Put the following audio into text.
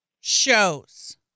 Shows